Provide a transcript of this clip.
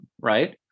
right